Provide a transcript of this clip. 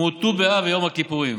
כמו ט"ו באב ויום הכיפורים.